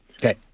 okay